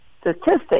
statistic